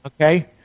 Okay